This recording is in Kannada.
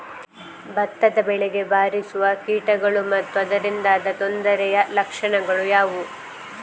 ಭತ್ತದ ಬೆಳೆಗೆ ಬಾರಿಸುವ ಕೀಟಗಳು ಮತ್ತು ಅದರಿಂದಾದ ತೊಂದರೆಯ ಲಕ್ಷಣಗಳು ಯಾವುವು?